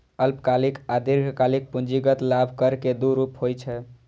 अल्पकालिक आ दीर्घकालिक पूंजीगत लाभ कर के दू रूप होइ छै